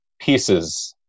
pieces